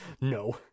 No